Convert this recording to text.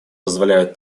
позволяют